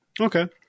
Okay